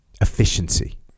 Efficiency